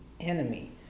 enemy